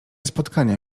spotkania